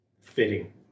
Fitting